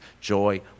Joy